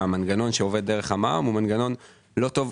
שהמנגנון שעובד דרך המע"מ הוא מנגנון לא טוב,